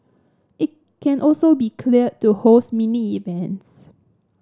it can also be cleared to host mini events